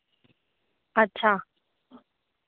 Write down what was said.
अच्छा